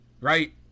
Right